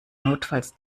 notfalls